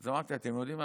אז אמרתי: אתם יודעים מה?